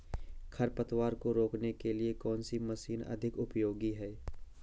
खरपतवार को रोकने के लिए कौन सी मशीन अधिक उपयोगी है?